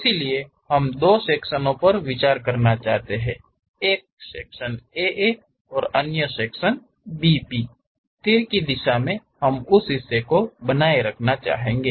इसलिए हम दो सेक्शनो पर विचार करना चाहते हैं एक सेक्शन AA और अन्य सेक्शन BB तीर की दिशा में हम उस हिस्से को बनाए रखना चाहेंगे